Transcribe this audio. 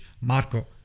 Marco